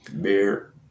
Beer